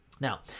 Now